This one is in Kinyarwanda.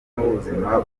n’ubuzima